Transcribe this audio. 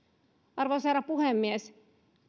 arvoisa herra puhemies